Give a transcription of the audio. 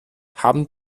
haben